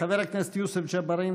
חבר הכנסת יוסף ג'בארין,